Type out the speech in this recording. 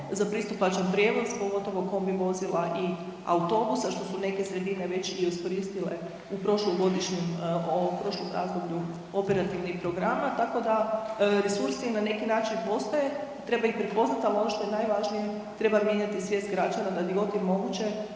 za pristupačan prijevoz, pogotovo kombi vozila i autobuse, a što su neke sredine već i iskoristile u prošlogodišnjem, u ovom prošlom razdoblju operativnih programa. Tako da resursi na neki način postoje, treba ih prepoznat, al ono što je najvažnije treba mijenjati svijest građana da di god je moguće